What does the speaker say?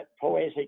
Poetic